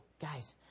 Guys